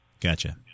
Gotcha